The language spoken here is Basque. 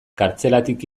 kartzelatik